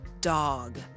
dog